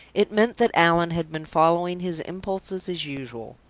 it meant that allan had been following his impulses as usual.